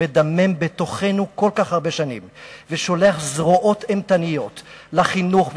שמדמם בתוכנו כל כך הרבה שנים ושולח זרועות אימתניות לחינוך,